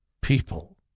people